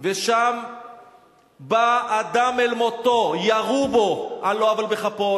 ושם בא אדם אל מותו, ירו בו על לא עוול בכפו.